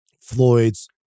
Floyd's